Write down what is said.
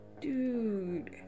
Dude